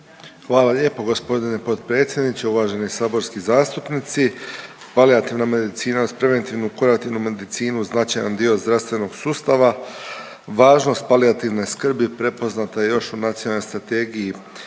Hvala lijepo gospodine potpredsjedniče. Uvaženi saborski zastupnici, palijativna medicina je uz preventivnu i kurativnu medicinu značajan dio zdravstvenog sustava. Važnost palijativne skrbi je prepoznata još u Nacionalnoj strategiji